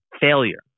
failure